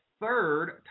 third